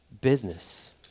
business